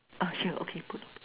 ah sure okay good